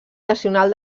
nacional